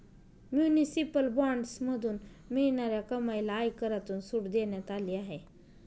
municipal बॉण्ड्समधून मिळणाऱ्या कमाईला आयकरातून सूट देण्यात आली आहे